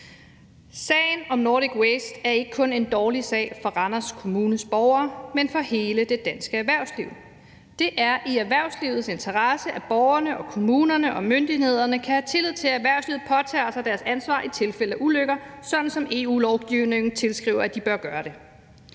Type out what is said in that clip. Sagen om Nordic Waste er ikke kun en dårlig sag for Randers Kommunes borgere, men for hele det danske erhvervsliv. Det er i erhvervslivets interesse, at borgerne, kommunerne og myndighederne kan have tillid til, at erhvervslivet påtager sig deres ansvar i tilfælde af ulykker, sådan som EU-lovgivningen tilskriver at de bør gøre det.